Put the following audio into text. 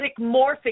morphic